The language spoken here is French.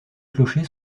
clochers